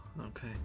Okay